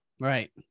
Right